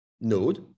node